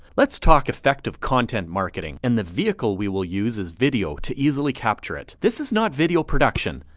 let's talk effective content marketing. and the vehicle we will use is video, to easily capture it. this is not video production.